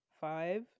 five